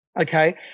okay